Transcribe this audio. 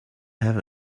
have